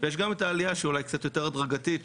ויש גם את העלייה שאולי קצת יותר הדרגתית,